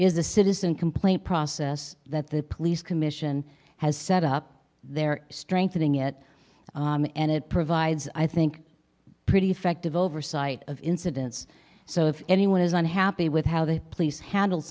is a citizen complaint process that the police commission has set up they're strengthening it and it provides i think pretty effective oversight of incidents so if anyone is unhappy with how the police handle